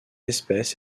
espèce